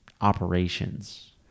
operations